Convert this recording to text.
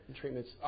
treatments